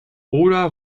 oda